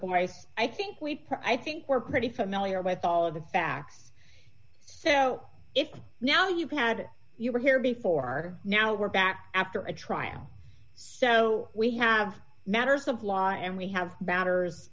boies i think we've i think we're pretty familiar with all of the facts so it's now you've had you were here before now we're back after a trial so we have matters of law and we have batters